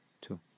two